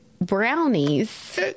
brownies